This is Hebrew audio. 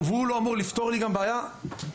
והוא לא אמור לפתור לי גם בעיה - איך